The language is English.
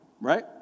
Right